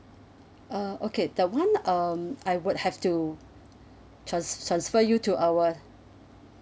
uh okay that [one] um I would have to trans~ s~ transfer you to our